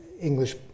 English